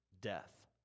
death